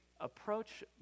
approach